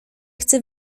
chcę